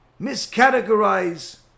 miscategorize